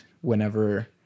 whenever